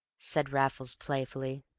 said raffles, playfully.